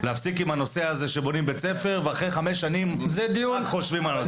להפסיק עם הנושא הזה שבונים בית ספר ואחרי חמש שנים חושבים על אולם.